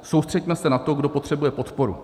Soustřeďme se na to, kdo potřebuje podporu.